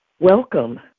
welcome